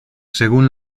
según